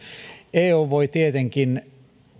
eu voi tietenkin